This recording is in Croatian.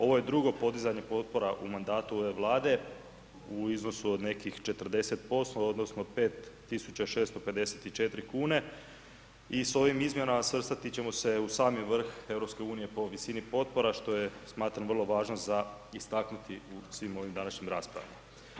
Ovo je drugo podizanje potpora u mandatu ove Vlade u iznosu od nekih 40% odnosno 5.654 kune i s ovim izmjenama svrstati ćemo se u sami vrh EU po visini potpora što je smatram vrlo važno za istaknuti u svim ovim današnjim raspravama.